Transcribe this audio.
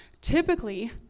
typically